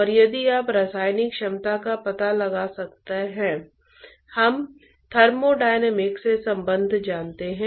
और यहां हम दो पहलुओं को देखेंगे एक बाहरी प्रवाह और आंतरिक प्रवाह है